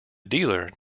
dealer